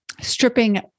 Stripping